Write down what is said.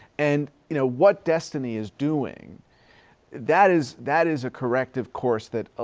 and you know, what destiny is doing that is, that is a corrective course that, ah